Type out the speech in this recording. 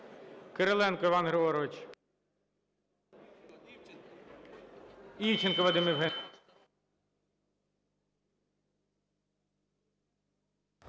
Кириленко Іван Григорович. Івченко Вадим Євгенович.